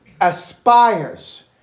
aspires